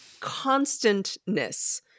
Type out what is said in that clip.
constantness